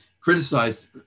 Criticized